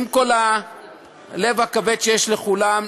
עם כל הלב הכבד שיש לכולם,